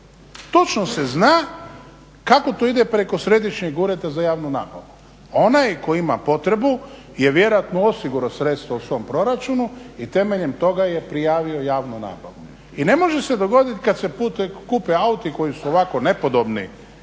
Točno se zna kako to ide preko središnjeg ureda za javnu nabavu. Onaj tko ima potrebu je vjerojatno osigurao sredstva u svom proračunu i temeljem toga je prijavio javnu nabavu i ne može se dogoditi kad se kupe auti koji su ovako nepodobni